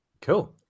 cool